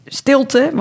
stilte